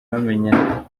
bamenya